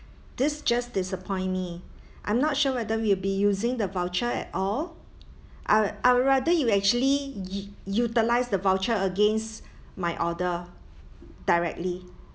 this just disappoint me I'm not sure whether we'll be using the voucher at all I I would rather you actually u~ utilise the voucher against my order directly